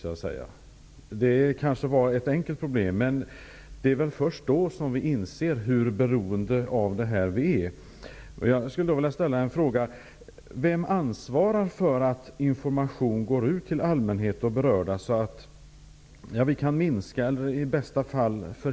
Det är kanske ett enkelt problem, men det är först då vi inser hur beroende vi är.